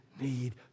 need